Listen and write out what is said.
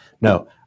No